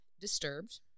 Disturbed